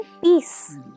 peace